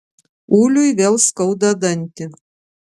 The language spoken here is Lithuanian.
uliui vėl skauda dantį